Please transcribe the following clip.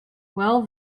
well